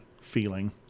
feeling